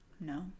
No